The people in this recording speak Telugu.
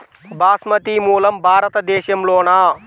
బాస్మతి మూలం భారతదేశంలోనా?